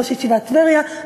ראש ישיבת טבריה,